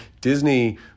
Disney